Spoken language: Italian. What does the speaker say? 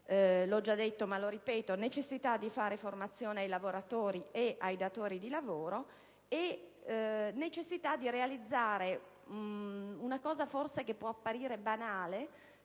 (l'ho già detto, ma lo ripeto) di fare formazione ai lavoratori e ai datori di lavoro; infine, la necessità di realizzare una cosa che forse può apparire banale,